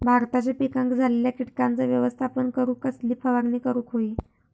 भाताच्या पिकांक झालेल्या किटकांचा व्यवस्थापन करूक कसली फवारणी करूक होई?